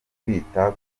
kwita